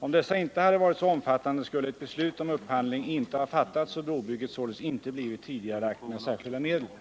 Om dessa inte hade varit så omfattande skulle ett beslut om upphandling inte ha fattats och brobygget således inte blivit tidigarelagt med särskilda medel.